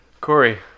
Corey